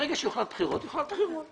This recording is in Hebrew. ברגע שיוחלט על בחירות, יוחלט על בחירות.